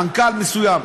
מנכ"ל מסוים,